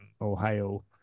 ohio